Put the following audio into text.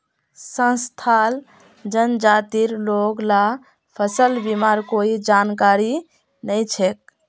संथाल जनजातिर लोग ला फसल बीमार कोई जानकारी नइ छेक